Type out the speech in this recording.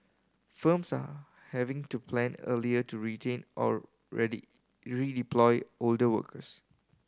firms are having to plan earlier to retrain or redeploy older workers